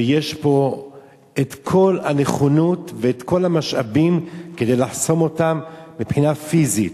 ויש פה את כל הנכונות ואת כל המשאבים כדי לחסום אותם מבחינה פיזית.